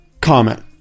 comment